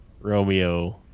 Romeo